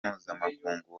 mpuzamakungu